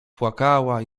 płakała